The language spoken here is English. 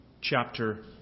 chapter